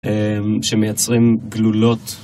שמייצרים גלולות.